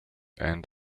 and